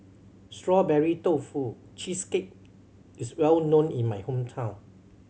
Strawberry Tofu Cheesecake is well known in my hometown